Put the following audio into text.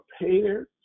prepared